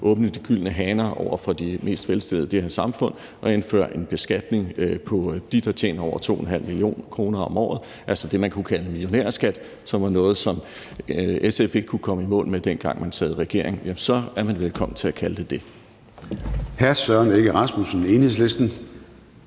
åbne de gyldne haner over for de mest velstillede i det her samfund at indføre en beskatning på dem, der tjener over 2,5 mio. kr. om året – altså det, man kunne kalde en millionærskat, som var noget, som SF ikke kunne komme i mål med, dengang man sad i regering – så er man velkommen til at kalde det det.